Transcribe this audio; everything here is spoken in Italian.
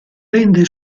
rende